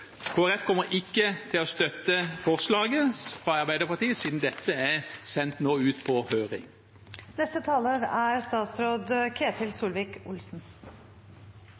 Folkeparti kommer ikke til å støtte forslaget fra Arbeiderpartiet siden dette nå er sendt ut på høring. Det er